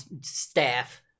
staff